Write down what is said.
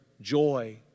joy